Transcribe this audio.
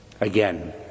Again